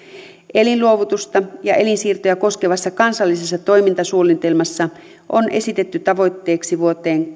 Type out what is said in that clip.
elinluovutusta ja elinsiirtoja koskevassa kansallisessa toimintasuunnitelmassa on esitetty tavoitteeksi vuoteen